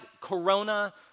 corona